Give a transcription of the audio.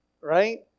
right